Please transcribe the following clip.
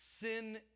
sin